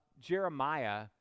Jeremiah